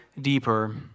deeper